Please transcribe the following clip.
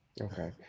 okay